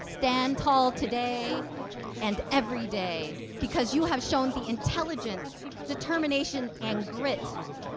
stand tall today and every day, because you have shown the intelligence, determination, and grit